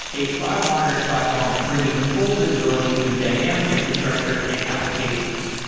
a cloud monitoring platform bringing full visibility to dynamic infrastructure and applications.